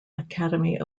academy